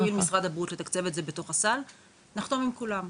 אם יואיל משרד הבריאות לתקצב את זה בתוך הסל נחתום עם כולם.